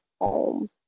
home